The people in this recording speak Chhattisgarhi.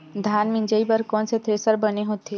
धान मिंजई बर कोन से थ्रेसर बने होथे?